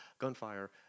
Gunfire